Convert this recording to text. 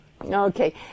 Okay